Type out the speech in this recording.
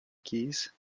keys